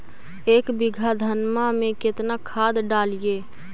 एक बीघा धन्मा में केतना खाद डालिए?